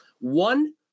One